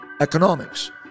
economics